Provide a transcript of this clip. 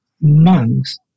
monks